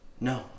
No